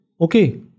okay